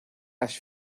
las